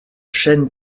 chaîne